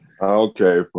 okay